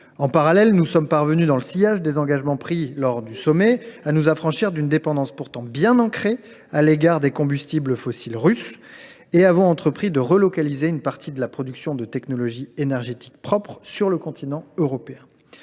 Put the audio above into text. En parallèle, nous sommes parvenus, dans le sillage des engagements pris lors du sommet, à nous affranchir d’une dépendance pourtant bien ancrée à l’égard des combustibles fossiles russes et avons entrepris de relocaliser une partie de la production de technologies énergétiques propres sur le continent européen.